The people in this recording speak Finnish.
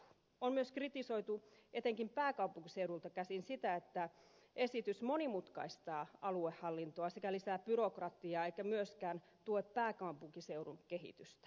on myös kritisoitu etenkin pääkaupunkiseudulta käsin sitä että esitys monimutkaistaa aluehallintoa sekä lisää byrokratiaa eikä myöskään tue pääkaupunkiseudun kehitystä